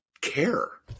care